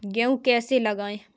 गेहूँ कैसे लगाएँ?